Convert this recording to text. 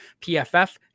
PFF